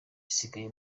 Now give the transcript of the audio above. isigaye